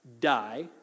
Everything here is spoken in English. die